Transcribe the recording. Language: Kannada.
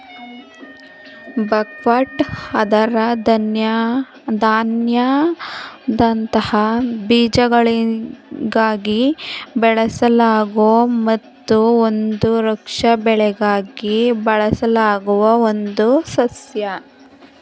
ಬಕ್ಹ್ವೀಟ್ ಅದರ ಧಾನ್ಯದಂತಹ ಬೀಜಗಳಿಗಾಗಿ ಬೆಳೆಸಲಾಗೊ ಮತ್ತು ಒಂದು ರಕ್ಷಾ ಬೆಳೆಯಾಗಿ ಬಳಸಲಾಗುವ ಒಂದು ಸಸ್ಯ